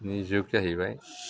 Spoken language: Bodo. जुग जाहैबाय